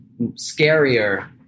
scarier